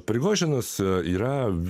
prigožinas yra